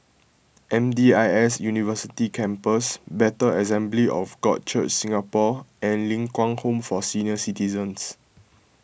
M D I S University Campus Bethel Assembly of God Church Singapore and Ling Kwang Home for Senior Citizens